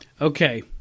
Okay